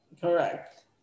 Correct